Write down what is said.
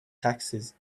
taxes